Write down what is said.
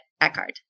Eckhart